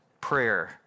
prayer